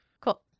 Cool